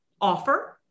offer